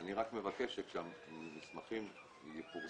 אני רק מבקש שכאשר המסמכים יפורסמו,